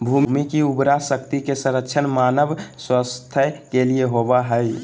भूमि की उर्वरा शक्ति के संरक्षण मानव स्वास्थ्य के लिए होबो हइ